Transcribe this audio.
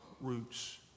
roots